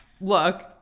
look